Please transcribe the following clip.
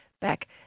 back